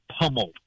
pummeled